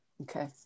Okay